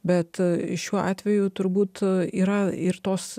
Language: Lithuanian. bet šiuo atveju turbūt yra ir tos